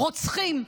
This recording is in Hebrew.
"רוצחים",